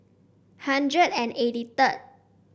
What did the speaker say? hundred and eighty third